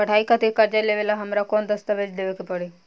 पढ़ाई खातिर कर्जा लेवेला हमरा कौन दस्तावेज़ देवे के पड़ी?